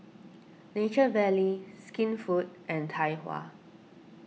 Nature Valley Skinfood and Tai Hua